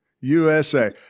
USA